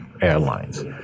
airlines